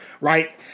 right